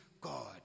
God